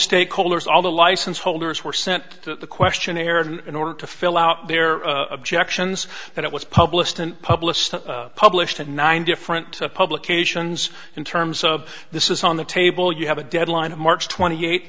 stakeholders all the license holders were sent to the question aaron in order to fill out their objections that it was published and published published in nine different publications in terms of this is on the table you have a deadline of march twenty eight